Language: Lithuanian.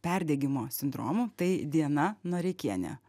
perdegimo sindromų tai diana noreikienė